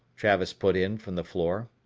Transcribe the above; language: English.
travis put in from the floor,